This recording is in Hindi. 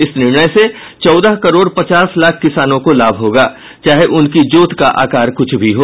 इस निर्णय से चौदह करोड़ पचास लाख किसानों को लाभ होगा चाहे उनकी जोत का आकार कुछ भी हो